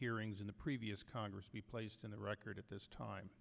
hearings in the previous congress be placed in the record at this time